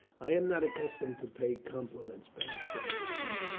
i am not accustomed to pay compliments, beric said with a smile,